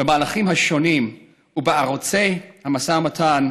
במהלכים השונים ובערוצי המשא ומתן,